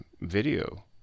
video